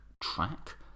track